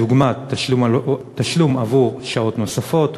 דוגמת תשלום עבור שעות נוספות,